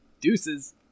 Deuces